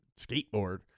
skateboard